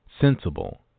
sensible